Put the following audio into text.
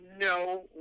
no